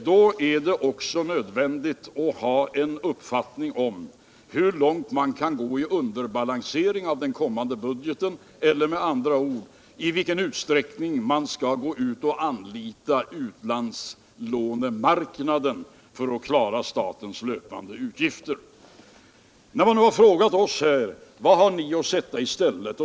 Men det är också nödvändigt att ha en uppfattning om hur långt man kan gå i underbalansering av den kommande budgeten — eller, med andra ord, i vilken utsträckning man skall gå ut och anlita utlandslånemarknaden för att klara statens löpande utgifter. Man har frågat oss: Vad har ni att sätta i stället?